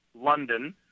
London